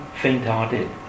faint-hearted